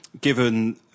given